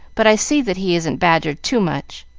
but i see that he isn't badgered too much.